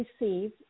receive